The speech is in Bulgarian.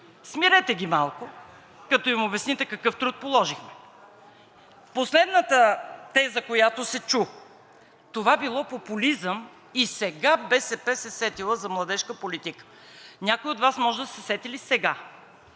Смирете ги малко, като им обясните какъв труд положихме. Последната теза, която се чу: това било популизъм и сега БСП се сетила за младежка политика? Някой от Вас може да са се сетили сега,